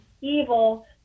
evil